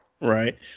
Right